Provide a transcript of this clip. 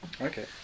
Okay